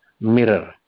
mirror